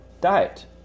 diet